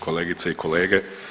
kolegice i kolege.